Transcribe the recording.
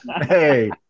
Hey